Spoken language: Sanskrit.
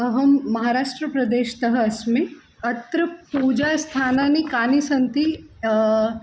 अहं महाराष्ट्रप्रदेशतः अस्मि अत्र पूजास्थानानि कानि सन्ति